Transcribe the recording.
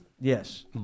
Yes